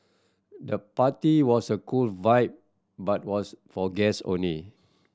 the party was a cool vibe but was for guests only